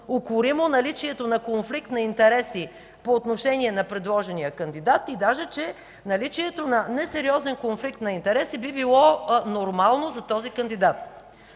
укоримо наличието на конфликт на интереси по отношение на предложения кандидат и дори, че наличието на несериозен конфликт на интереси би било нормално за този кандидат.